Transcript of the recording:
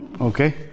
okay